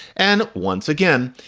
and once again,